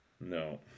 No